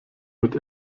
mit